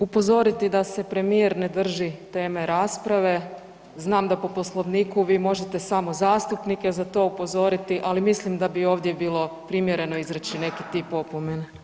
upozoriti da se premijer ne drži teme rasprave, znam da po Poslovniku vi možete samo zastupnike za to upozoriti, ali mislim a bi ovdje bilo primjereno izreći neki tip opomene.